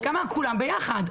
כמה כולם ביחד?